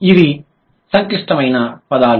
ఇవి సంక్లిష్టమైన పదాలు